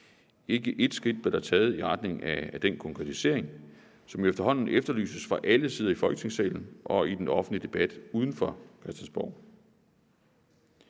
Ikke ét skridt blev der taget i retning af den konkretisering, som jo efterhånden efterlyses fra alle sider i Folketingssalen og i den offentlige debat uden for Christiansborg.